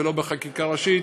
ולא בחקיקה ראשית,